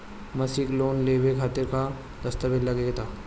मसीक लोन लेवे खातिर का का दास्तावेज लग ता?